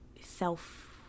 self